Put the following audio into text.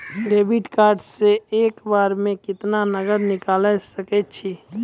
Debit card से एक बार मे केतना नगद निकाल सके छी?